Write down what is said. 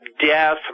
death